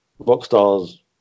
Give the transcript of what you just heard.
Rockstar's